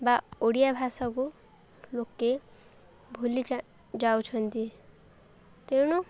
ବା ଓଡ଼ିଆ ଭାଷାକୁ ଲୋକେ ଭୁଲି ଯାଉଛନ୍ତି ତେଣୁ